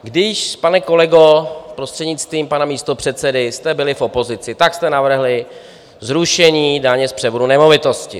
Když, pane kolego prostřednictvím pana místopředsedy, jste byli v opozici, tak jste navrhli zrušení daně z převodu nemovitosti.